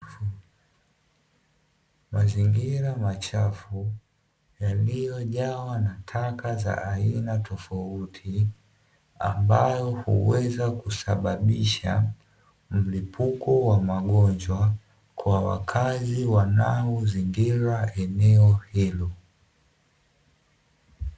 Mazingira machafu yaliyojawa na taka za aina tofauti, ambazo huweza kusababisha mripuko wa magonjwa kwa wakazi wanaozingira eneo hilo.